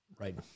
Right